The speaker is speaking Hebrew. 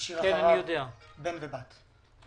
שהשאיר אחריו בן ובת.